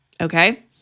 okay